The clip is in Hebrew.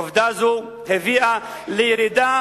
עובדה זו הביאה לירידה